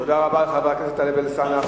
תודה רבה לחבר הכנסת טלב אלסאנע.